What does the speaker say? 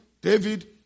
David